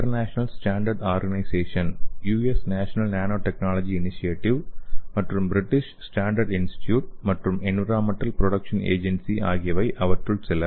international standard organisation US national nanotechnology initiative மற்றும் British standard institute மற்றும் environmental protection agency ஆகியவை அவற்றில் சில